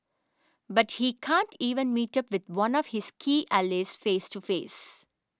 but he can't even meet up the one of his key allies face to face